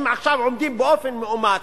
אם עכשיו עובדים באופן מאומץ,